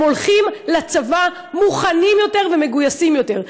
הם הולכים לצבא מוכנים יותר ומגויסים יותר.